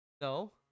No